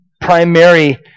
primary